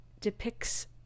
depicts